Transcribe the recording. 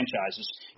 franchises